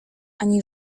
ani